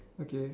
okay